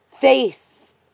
face